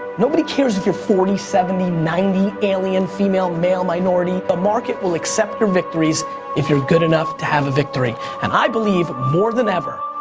nobody cares if you're forty, seventy, ninety alien, female, male, minority. the market will accept your victories if you're good enough to have a victory. and i believe, more than ever,